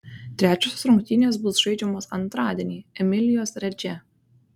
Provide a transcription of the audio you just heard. trečiosios rungtynės bus žaidžiamos antradienį emilijos redže